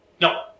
No